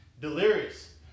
delirious